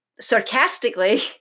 sarcastically